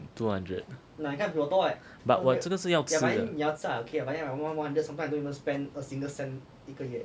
two hundred but 我这个是要吃的